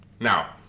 now